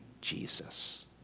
Jesus